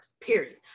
period